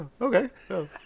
Okay